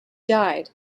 died